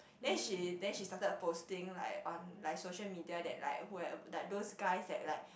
then she then she started posting like on like social media that like who have like those guys that like